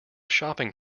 shopping